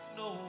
no